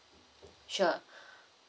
sure